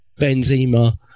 Benzema